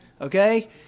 Okay